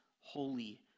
holy